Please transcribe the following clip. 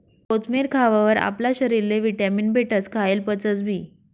कोथमेर खावावर आपला शरीरले व्हिटॅमीन भेटस, खायेल पचसबी